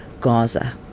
Gaza